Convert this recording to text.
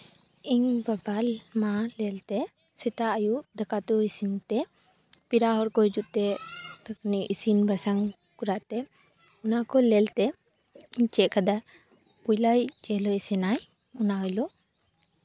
ᱤᱧ ᱵᱟᱵᱟ ᱢᱟ ᱧᱮᱞᱛᱮ ᱥᱮᱛᱟᱜ ᱟᱹᱭᱩᱵ ᱫᱟᱠᱟ ᱩᱛᱩ ᱤᱥᱤᱱ ᱛᱮ ᱯᱮᱲᱟ ᱦᱚᱲ ᱠᱚ ᱦᱤᱡᱩᱜ ᱛᱮ ᱤᱥᱤᱱ ᱵᱟᱥᱟᱝ ᱠᱚᱨᱟᱣ ᱠᱟᱛᱮ ᱤᱱᱟᱹ ᱠᱚ ᱧᱮᱞ ᱛᱮ ᱪᱮᱫ ᱠᱟᱫᱟ ᱯᱳᱭᱞᱟᱭ ᱡᱮ ᱦᱤᱞᱳᱜ ᱤᱥᱤᱱᱟᱭ ᱚᱱᱟ ᱦᱤᱞᱳᱜ